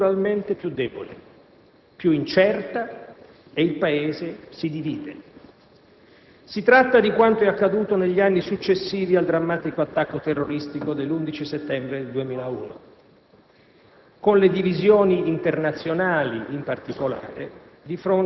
Quando ciò accade, la politica estera italiana diventa strutturalmente più debole, più incerta, e il Paese si divide. Sì tratta di quanto è accaduto negli anni successivi al drammatico attacco terroristico dell'11 settembre 2001